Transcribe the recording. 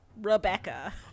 Rebecca